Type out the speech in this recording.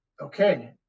okay